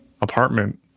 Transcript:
apartment